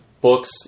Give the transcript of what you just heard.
Books